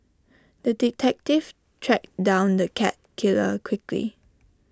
the detective tracked down the cat killer quickly